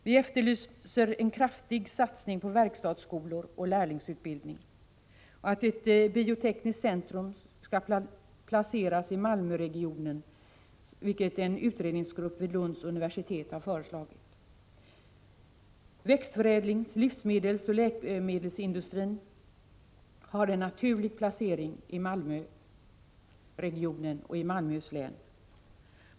Vi efterlyser en kraftig satsning på verkstadsskolor och lärlingsutbildning. Vi vill att ett biotekniskt centrum placeras i Malmöregionen, vilket en utredningsgrupp vid Lunds universitet har föreslagit. Växtförädlings-, livsmedelsoch läkemedelsindustrin har en naturlig placering i Malmöregionen och i Malmöhus län.